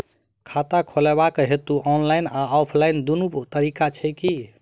खाता खोलेबाक हेतु ऑनलाइन आ ऑफलाइन दुनू तरीका छै की?